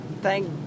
Thank